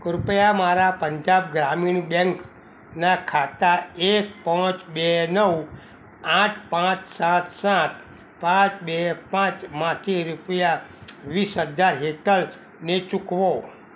કૃપયા મારા પંજાબ ગ્રામીણ બેંકનાં ખાતા એક પાંચ બે નવ આઠ પાંચ સાત સાત પાંચ બે પાંચમાંથી રૂપિયા વીસ હજાર હેતલને ચૂકવો